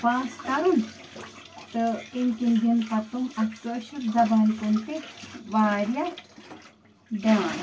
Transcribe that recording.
پاس کَرُن تہٕ اَمہِ کِنۍ دِنۍ پتہٕ تِم اتھ کٲشُر زبانہِ کُن تہِ وارِیاہ دھیاں